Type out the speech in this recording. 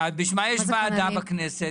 אז בשביל מה יש ועדה בכנסת?